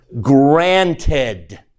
granted